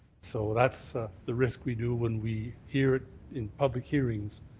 so that's the risk we do when we hear in public hearings.